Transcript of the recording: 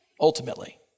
ultimately